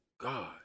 god